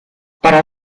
para